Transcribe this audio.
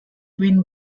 twin